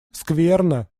скверно